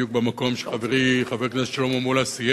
בדיוק במקום שחברי חבר הכנסת שלמה מולה סיים.